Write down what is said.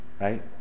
right